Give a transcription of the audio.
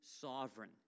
sovereign